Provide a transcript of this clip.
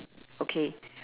okay